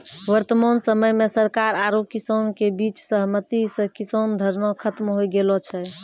वर्तमान समय मॅ सरकार आरो किसान के बीच सहमति स किसान धरना खत्म होय गेलो छै